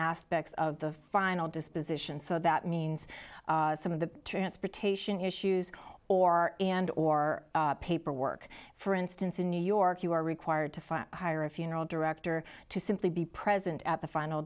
aspects of the final disposition so that means some of the transportation issues or and or paperwork for instance in new york you are required to file hire a funeral director to simply be present at the final